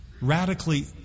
radically